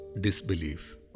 disbelief